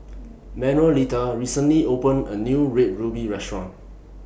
Manuelita recently opened A New Red Ruby Restaurant